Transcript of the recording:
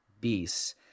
beasts